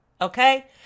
okay